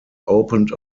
opened